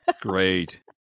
Great